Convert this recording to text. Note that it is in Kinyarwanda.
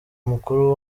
mukuru